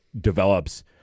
develops